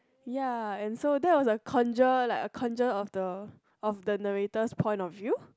ya and so that was the conjure like a conjure of the of the narrator's point of view